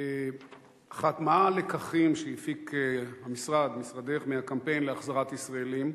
מהם הלקחים שהפיק משרדך מהקמפיין להחזרת ישראלים?